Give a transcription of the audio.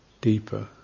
deeper